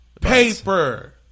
paper